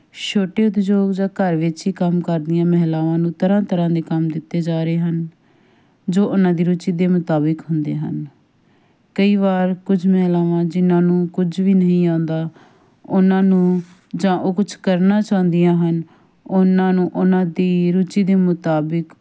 ਛੋਟੇ ਉਦਯੋਗ ਜਾਂ ਘਰ ਵਿੱਚ ਹੀ ਕੰਮ ਕਰਦੀਆਂ ਮਹਿਲਾਵਾਂ ਨੂੰ ਤਰ੍ਹਾਂ ਤਰ੍ਹਾਂ ਦੇ ਕੰਮ ਦਿੱਤੇ ਜਾ ਰਹੇ ਹਨ ਜੋ ਉਹਨਾਂ ਦੀ ਰੁਚੀ ਦੇ ਮੁਤਾਬਿਕ ਹੁੰਦੇ ਹਨ ਕਈ ਵਾਰ ਕੁਝ ਮਹਿਲਾਵਾਂ ਜਿਹਨਾਂ ਨੂੰ ਕੁਝ ਵੀ ਨਹੀਂ ਆਉਂਦਾ ਉਹਨਾਂ ਨੂੰ ਜਾਂ ਉਹ ਕੁਛ ਕਰਨਾ ਚਾਹੁੰਦੀਆਂ ਹਨ ਉਹਨਾਂ ਨੂੰ ਉਹਨਾਂ ਦੀ ਰੁਚੀ ਦੇ ਮੁਤਾਬਿਕ